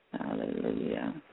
Hallelujah